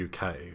uk